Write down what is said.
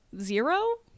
zero